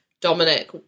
Dominic